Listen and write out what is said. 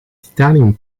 titanium